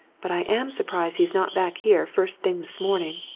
but i am surprised he's not back here first thing this morning.